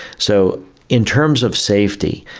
so in terms of safety,